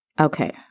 Okay